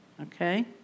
okay